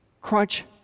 crunch